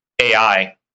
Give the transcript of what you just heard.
AI